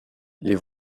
les